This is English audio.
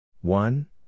One